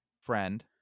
friend